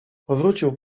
powrócił